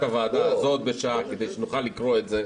הוועדה הזאת בשעה כדי שנוכל לקרוא את זה,